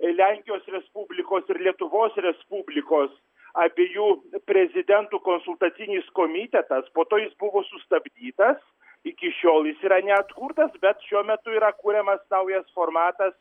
lenkijos respublikos ir lietuvos respublikos abiejų prezidentų konsultacinis komitetas po to jis buvo sustabdytas iki šiol jis yra neatkurtas bet šiuo metu yra kuriamas naujas formatas